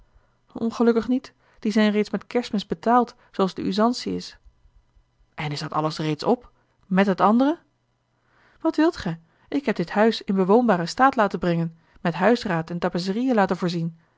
ongelukkig niet die zijn reeds met kerstmis betaald zooals de usantie is en is dat alles reeds op met het andere wat wilt gij ik heb dit huis in bewoonbaren staat laten brengen met huisraad en tapisseriën laten voorzien